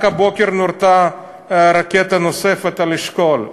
רק הבוקר נורתה רקטה נוספת על אשכול.